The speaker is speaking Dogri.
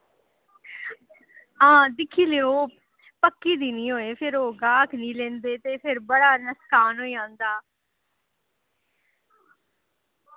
हां दिक्खी लेओ पक्की दी नि होए फ्ही ओह् गाह्क नि लेंदे ते फिर बड़ा नुक्सान होई जंदा